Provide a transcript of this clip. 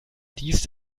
dies